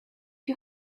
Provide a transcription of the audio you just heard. you